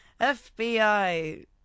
FBI